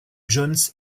jones